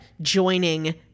joining